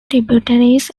tributaries